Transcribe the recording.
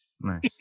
Nice